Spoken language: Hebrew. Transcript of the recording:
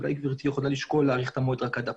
אולי גברתי יכולה לשקול להאריך את המועד רק עד אפריל,